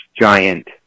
giant